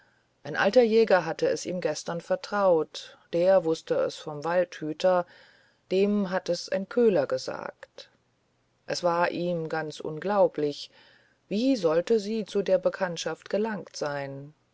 ein alter jäger hatte es ihm gestern vertraut der wußte es vom waldhüter dem hatt es ein köhler gesagt es war ihm ganz unglaublich wie sollte sie zu der bekanntschaft gelangt sein